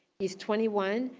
he's twenty one,